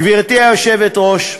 גברתי היושבת-ראש,